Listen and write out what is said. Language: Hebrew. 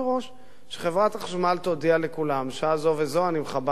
שחברת החשמל תודיע לכולם: בשעה זו וזו אני מכבה לחצי שעה,